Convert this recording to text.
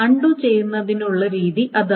undo ചെയ്യുന്നതിനുള്ള രീതി അതാണ്